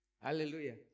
Hallelujah